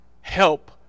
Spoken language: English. help